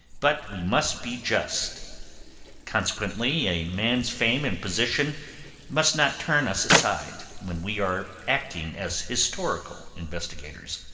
but we must be just consequently a man's fame and position must not turn us aside, when we are acting as historical investigators.